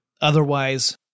otherwise